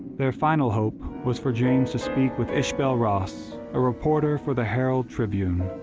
their final hope was for james to speak with ishbel ross, a reporter for the herald tribune,